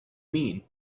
mean